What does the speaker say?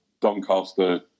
Doncaster